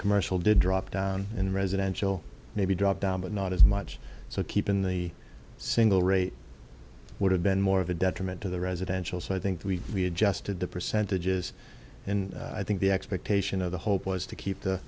commercial did drop down in residential maybe drop down but not as much so keep in the single rate would have been more of a detriment to the residential so i think we just did the percentages and i think the expectation of the hope was to keep the